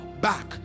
back